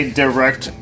direct